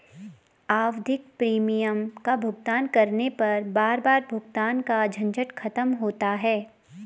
आवधिक प्रीमियम का भुगतान करने पर बार बार भुगतान का झंझट खत्म होता है